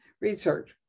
research